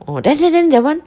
orh then then then that [one]